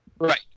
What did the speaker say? Right